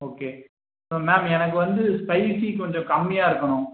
okay so ma'am எனக்கு வந்து spicy கொஞ்ச கம்மியாக இருக்கணும்